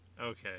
Okay